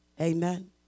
Amen